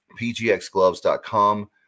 pgxgloves.com